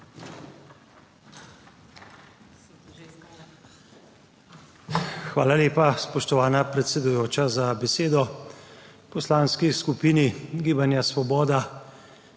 Hvala lepa, spoštovana predsedujoča za besedo. V Poslanski skupini gibanja Svoboda